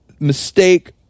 mistake